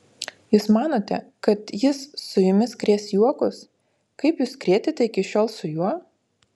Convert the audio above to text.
jūs manote kad jis su jumis krės juokus kaip jūs krėtėte iki šiol su juo